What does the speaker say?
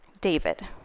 David